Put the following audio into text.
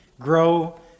grow